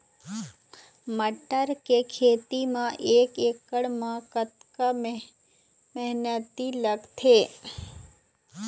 मटर के खेती म एक एकड़ म कतक मेहनती लागथे?